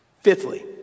Fifthly